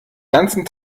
ganzen